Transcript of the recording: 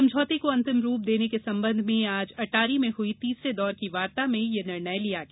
समझौते को अंतिम रूप देने के संबंध में आज अटारी में हुई तीसरे दौर की वार्ता में यह निर्णय लिया गया